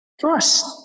trust